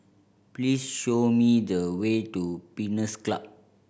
please show me the way to Pines Club